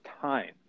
time